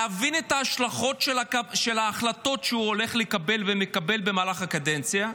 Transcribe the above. להבין את ההשלכות של ההחלטות שהוא הולך לקבל ומקבל במהלך הקדנציה,